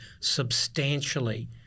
substantially